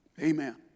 Amen